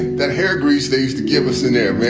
that hair grease they used to give us in there.